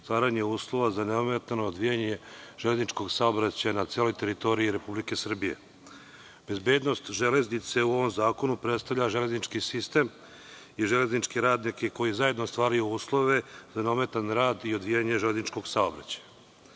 stvaranje uslova za neometano odvijanje železničkog saobraćaja na celoj teritorij Republike Srbije. Bezbednost železnice u ovom zakonu predstavlja železnički sistem i železničke radnike koji zajedno ostvaruju uslove za neometan rad i odvijanje železničkog saobraćaja.